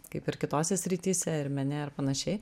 kaip ir kitose srityse ir mene ir panašiai